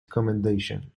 commendation